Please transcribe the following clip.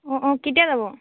অঁ অঁ কেতিয়া যাব